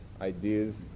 ideas